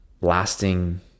lasting